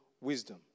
wisdom